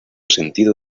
sentido